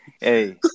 Hey